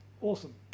Awesome